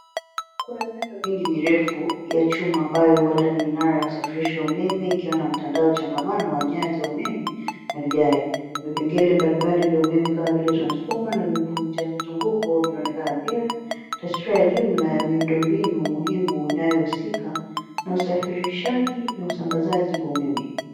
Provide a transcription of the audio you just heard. Kuna miundo mingi mirefu ya chuma ambayo huenda ni minara ya kusafirisha umeme ikiwa na mtando changamano wa nyaya za umeme na vigae. Vipengele mbalimbali vya umeme kama vile transformaer na vivunja mzunguko vinaonekana pia. Taswira ya juu ina miundombinu muhimu inayohusika naa usafirishaji na usambazaji wa umeme.